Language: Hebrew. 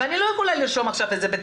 אני לא יכולה לרשום את זה עכשיו בתקנות.